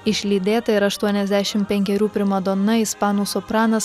išlydėta ir aštuoniasdešim penkerių primadona ispanų sopranas